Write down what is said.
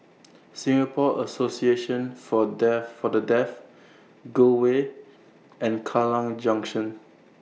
Singapore Association For The Deaf Gul Way and Kallang Junction